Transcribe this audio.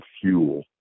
fuel